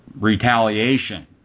retaliation